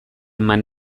eman